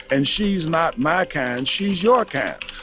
and she's not my kind. she's your kind.